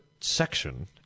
section